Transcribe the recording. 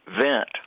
vent